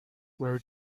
where